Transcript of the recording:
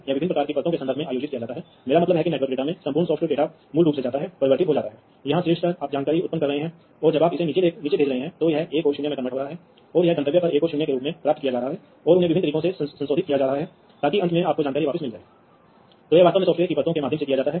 उदाहरण के लिए मान लीजिए कि आप एक और डिवाइस जोड़ना चाहते हैं तो आप एक और डिवाइस लगाते हैं और मान लें कि यह चार अन्य डिवाइसों से बात करता है तो आपको अब इन सभी चार तारों को कनेक्ट करना होगा यदि आपके पास पॉइंट टू पॉइंट कम्युनिकेशन था